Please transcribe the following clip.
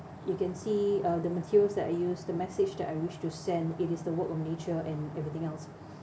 you can see uh the materials that I use the message that I wish to send it is the work of nature and everything else